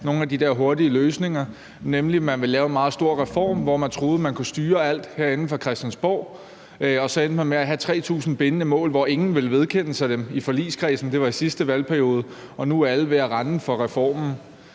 nogle af de der hurtige løsninger; nemlig at man ville lave en meget stor reform, hvor man troede, at man kunne styre alt herinde fra Christiansborg, og så endte man med at have 3.000 bindende mål, som ingen i forligskredsen ville vedkende sig. Det var i sidste valgperiode, og nu er alle ved at løbe fra reformen.